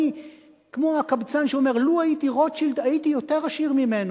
כמו הקבצן שאומר: לו הייתי רוטשילד הייתי יותר עשיר ממנו,